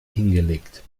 hingelegt